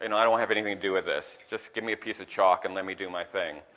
you know i don't want to have anything to do with this, just give me a piece of chalk and let me do my thing.